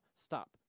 stop